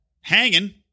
hanging